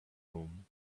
room